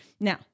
Now